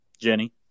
Jenny